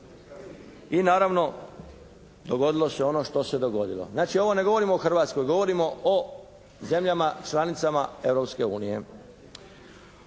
I naravno dogodilo se ono što se dogodilo. Znači ovo ne govorimo o Hrvatskoj. Govorimo o zemljama članicama